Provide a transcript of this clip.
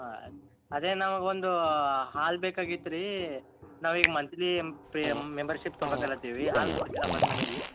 ಹಾಂ ಆಯ್ತು ಅದೇ ನಾವು ಒಂದು ಹಾಲು ಬೇಕಾಗಿತ್ತು ರೀ ನಾವೀಗ ಮಂತ್ಲೀ ಪೇ ಮೆಂಬರ್ಶಿಪ್ ತೊಗೊತಲಿದ್ದೀವಿ ಹಾಲು ಕೊಡ್ತೀರಾ ಬಂದು ಮನೆಗೆ